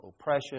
oppression